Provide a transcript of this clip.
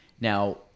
now